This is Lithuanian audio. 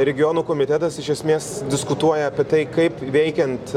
regionų komitetas iš esmės diskutuoja apie tai kaip veikiant